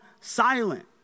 silent